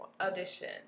audition